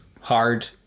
hard